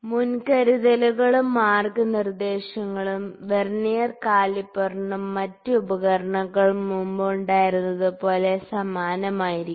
മുൻകരുതലുകളും മാർഗ്ഗനിർദ്ദേശങ്ങളും വെർനിയർ കാലിപ്പറിനും മറ്റ് ഉപകരണങ്ങൾക്കും മുമ്പുണ്ടായിരുന്നതുപോലെ സമാനമായിരിക്കും